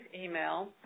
email